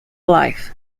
life